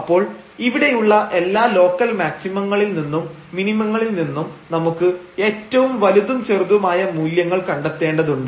അപ്പോൾ ഇവിടെയുള്ള എല്ലാ ലോക്കൽ മാക്സിമങ്ങളിൽനിന്നും മിനിമങ്ങളിൽ നിന്നും നമുക്ക് ഏറ്റവും വലുതും ചെറുതുമായ മൂല്യങ്ങൾ കണ്ടെത്തേണ്ടതുണ്ട്